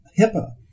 HIPAA